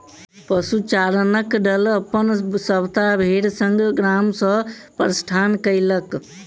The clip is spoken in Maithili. पशुचारणक दल अपन सभटा भेड़ संग गाम सॅ प्रस्थान कएलक